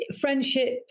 friendship